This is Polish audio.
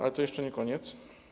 Ale to jeszcze nie koniec.